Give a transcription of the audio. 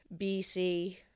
BC